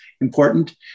important